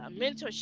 mentorship